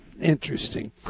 interesting